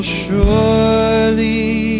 surely